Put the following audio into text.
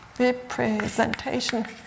Representation